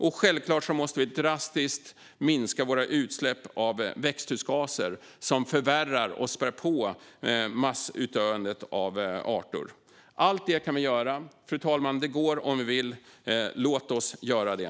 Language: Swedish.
Och självklart måste vi drastiskt minska våra utsläpp av växthusgaser som förvärrar och spär på massutdöendet av arter. Allt detta måste vi göra. Fru talman! Det går om vi vill. Lås oss göra det.